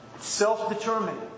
Self-determined